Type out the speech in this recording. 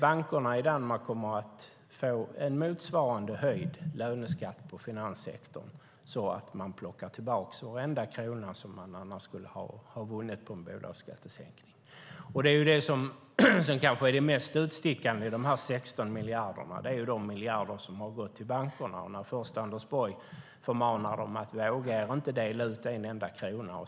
Bankerna i Danmark kommer alltså att få en motsvarande höjd löneskatt på finanssektorn så att man plockar tillbaka varenda krona som de annars skulle ha vunnit på en bolagsskattesänkning. Det som kanske sticker ut mest i de här 16 miljarderna är de miljarder som har gått till bankerna. Anders Borg förmanar dem och säger: Våga er inte på att dela ut en enda krona!